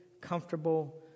comfortable